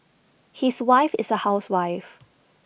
his wife is A housewife